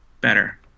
better